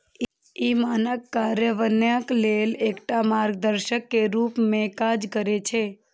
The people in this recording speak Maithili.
ई मानक कार्यान्वयन लेल एकटा मार्गदर्शक के रूप मे काज करै छै